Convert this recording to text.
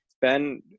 Ben –